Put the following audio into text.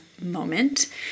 moment